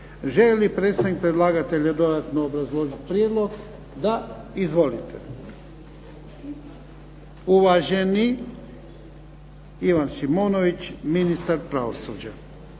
li predstavnik predlagatelja dodatno obrazložiti prijedlog? Da. Izvolite. Uvaženi Ivan Šimonović, ministar pravosuđa.